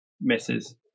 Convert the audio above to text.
misses